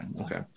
Okay